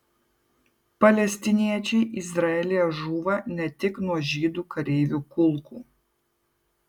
palestiniečiai izraelyje žūva ne tik nuo žydų kareivių kulkų